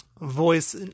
voice